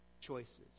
choices